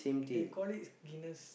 they call it Guinness